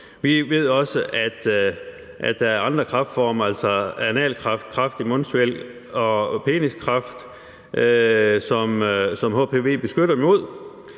Vi ved også, at der er andre kræftformer, altså analkræft, kræft i mundsvælg og peniskræft, som hpv-vaccinen beskytter imod.